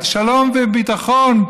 שלום וביטחון,